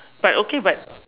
but okay but